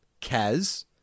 Kaz